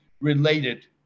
related